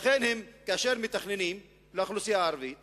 כאשר מתכננים לאוכלוסייה הערבית